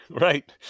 Right